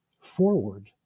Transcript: forward